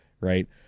right